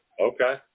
Okay